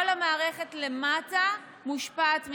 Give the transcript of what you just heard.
כל המערכת למטה מושפעת מכך.